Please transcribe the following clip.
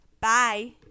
Bye